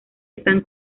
están